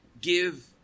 give